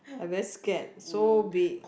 I very scared so big